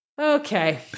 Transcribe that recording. Okay